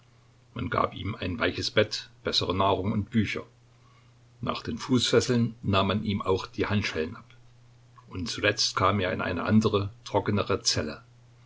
man gab ihm ein weiches bett bessere nahrung und bücher nach den fußfesseln nahm man ihm auch die handschellen ab und zuletzt kam er in eine andere trockenere zelle